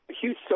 huge